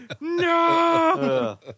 No